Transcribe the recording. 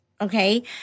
okay